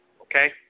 Okay